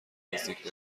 نزدیک